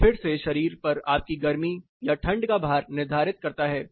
यह फिर से शरीर पर आपकी गर्मी या ठंड का भार निर्धारित करता है